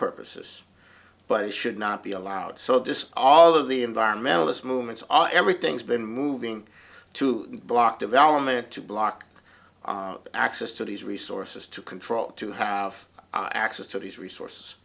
purposes but it should not be allowed so this all of the environmentalist movements all everything's been moving to block development to block access to these resources to control to have access to these resource